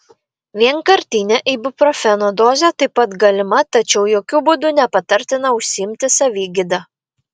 vienkartinė ibuprofeno dozė taip pat galima tačiau jokiu būdu nepatartina užsiimti savigyda